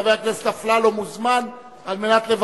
חבר הכנסת אפללו מוזמן לברך.